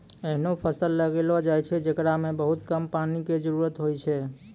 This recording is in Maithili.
ऐहनो फसल लगैलो जाय छै, जेकरा मॅ बहुत कम पानी के जरूरत होय छै